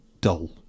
dull